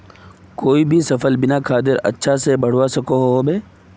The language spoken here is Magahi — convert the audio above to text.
कोई भी सफल बिना खादेर अच्छा से बढ़वार सकोहो होबे?